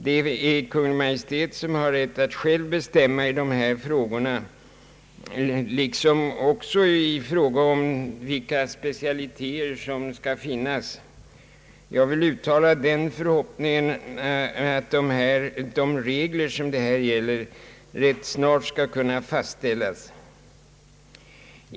Det är Kungl. Maj:t som har rätt att bestämma i dessa frågor liksom också i fråga om vilka specialiteter som skall finnas. Jag vill uttala den förhoppningen att de regler som fordras på dessa områden rätt snart måtte fastställas.